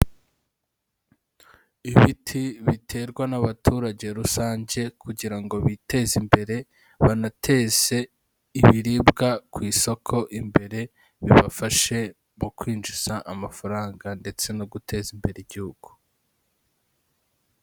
Ibiti biterwa n'abaturage rusange kugira ngo biteze imbere, banateze ibiribwa ku isoko imbere, bibafashe mu kwinjiza amafaranga ndetse no guteza imbere igihugu.